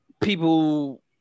people